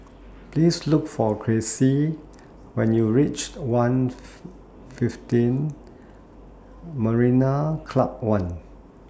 Please Look For Cressie when YOU REACH one' fifteen Marina Club one